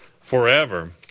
forever